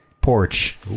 porch